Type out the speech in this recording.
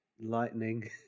Lightning